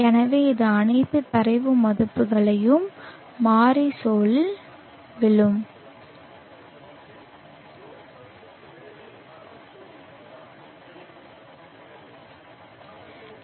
எனவே இது அனைத்து தரவு மதிப்புகளையும் மாறி சோலில் வைக்கும்